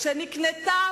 שנקנתה